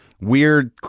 weird